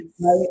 Right